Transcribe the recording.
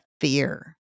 fear